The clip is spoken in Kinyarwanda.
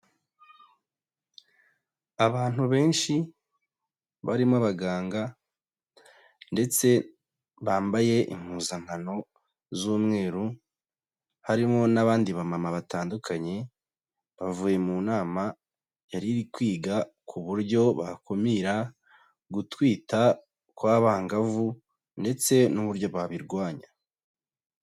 Abantu benshi barimo abaganga ndetse bambaye impuzankano z'umweru harimo n'abandi ba mama batandukanye, bavuye mu nama yari kwiga ku buryo bakumira gutwita kw'abangavu ndetse n'uburyo babirwanya.